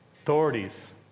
authorities